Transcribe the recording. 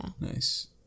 Nice